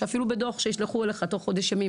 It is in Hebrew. שאפילו בדו"ח שישלחו לך תוך חודש ימים,